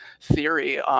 theory